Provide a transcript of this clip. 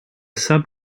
sub